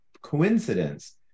coincidence